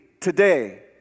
today